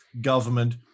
government